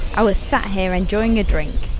i was sat here enjoying a drink,